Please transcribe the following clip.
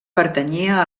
pertanyia